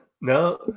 no